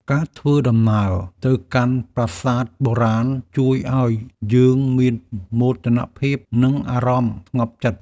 ការធ្វើដំណើរទៅកាន់ប្រាសាទបុរាណ ជួយឱ្យយើងមានមោទនភាព និងអារម្មណ៍ស្ងប់ចិត្ត។